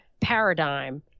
paradigm